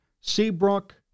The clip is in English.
Seabrook